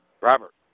Robert